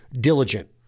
diligent